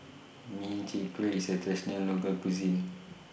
Min Chiang Kueh IS A Traditional Local Cuisine